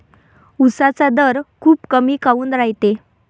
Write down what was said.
उसाचा दर खूप कमी काऊन रायते?